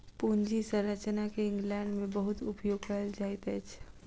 पूंजी संरचना के इंग्लैंड में बहुत उपयोग कएल जाइत अछि